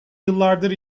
yıllardır